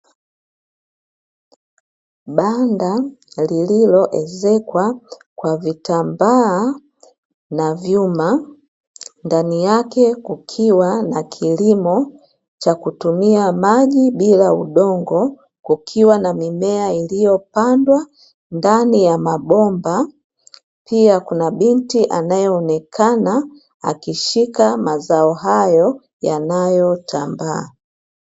Banda lililoezekwa kwa vitambaa na vyuma, ndani yake kukiwa na kilimo cha kutumia maji bila udongo; kukiwa na mimea iliyopandwa ndani ya mabomba. Pia kuna binti anayeonekana akishika mazao hayo yanayotambaa.